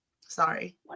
Sorry